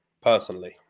personally